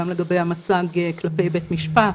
גם לגבי המצג כלפי בית המשפט,